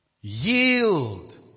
yield